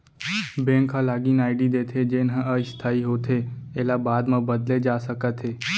bank ह लागिन ID देथे जेन ह अस्थाई होथे एला बाद म बदले जा सकत हे